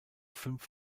fünf